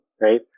right